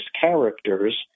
characters